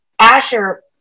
asher